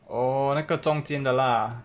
oh 那个中间的 lah